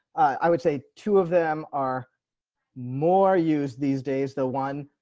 i would say two of them are more used these days. the one,